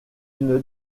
une